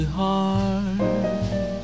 hard